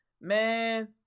Man